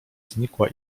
znikła